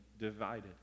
divided